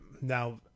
Now